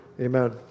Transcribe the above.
amen